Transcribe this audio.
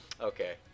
Okay